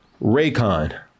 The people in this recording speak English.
Raycon